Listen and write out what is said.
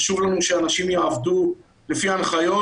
חשוב לנו שאנשים יעבדו לפי ההנחיות,